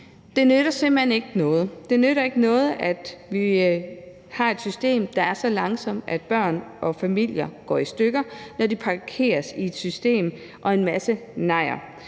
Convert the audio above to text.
hen ikke noget. Det nytter ikke noget, at vi har et system, der er så langsomt, at børn og familier går i stykker, når de parkeres i et system og får en masse nejer.